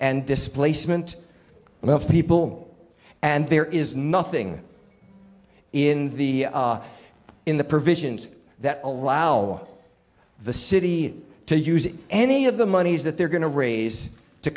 and displacement of people and there is nothing in the in the provisions that allow the city to use any of the monies that they're going to raise to